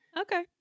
Okay